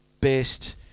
based